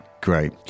Great